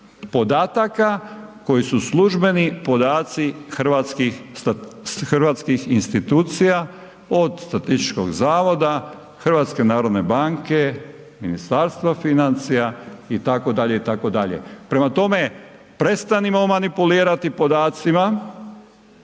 podataka koji su službeni podaci hrvatskih institucija od statističkog zavoda, HNB-a, Ministarstva financija itd., itd. Prema tome, prestanimo manipulirati podacima